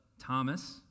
Thomas